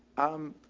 um,